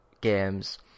games